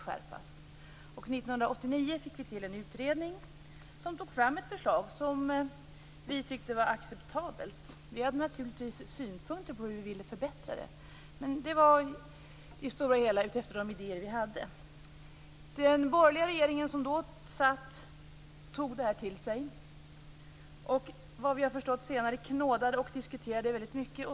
År 1989 fick vi till en utredning som tog fram ett förslag som vi tyckte var acceptabelt. Vi hade naturligtvis synpunkter på hur vi ville förbättra det, men det utgick i det stora hela från de idéer vi hade. Den borgerliga regering som då satt vid makten tog det till sig och knådade och diskuterade det väldigt mycket, som vi har förstått senare.